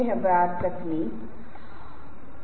प्रभाव मैंने पहले ही संकेत दिया है